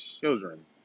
children